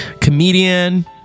Comedian